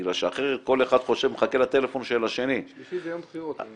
כי אחרת כל אחד מחכה לטלפון של השני --- שלישי זה יום בחירות.